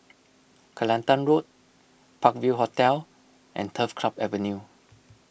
Kelantan Road Park View Hotel and Turf Club Avenue